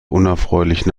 unerfreulichen